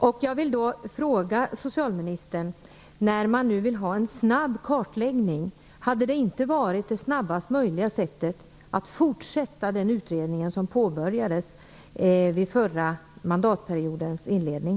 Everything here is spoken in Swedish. När man nu vill ha en snabb kartläggning vill jag fråga socialministern om det inte hade varit det snabbast möjliga sättet att fortsätta den utredning som påbörjades vid förra mandatperiodens inledning.